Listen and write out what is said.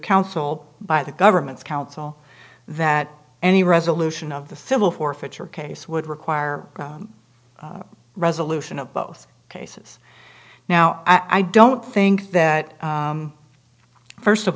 counsel by the government's counsel that any resolution of the civil forfeiture case would require resolution of both cases now i don't think that first of